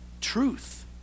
truth